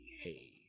hey